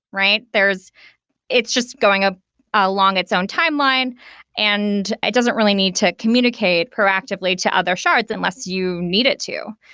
right? it's it's just going ah ah along its own timeline and it doesn't really need to communicate proactively to other shards, unless you need it to.